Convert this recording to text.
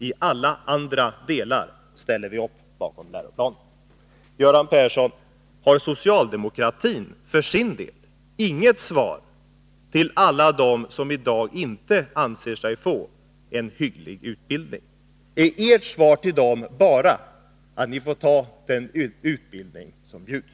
I alla andra delar ställer vi upp bakom läroplanen. Ger socialdemokratin, Göran Persson, för sin del inget svar till alla dem som i dag inte anser sig få en hygglig utbildning? Är ert svar till dem bara att de får ta den utbildning som bjuds?